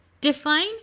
define